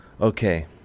Okay